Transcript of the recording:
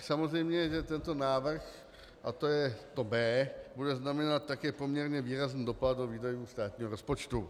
Samozřejmě že tento návrh, a to je to b), bude znamenat také poměrně výrazný dopad do výdajů státního rozpočtu.